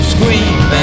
Scream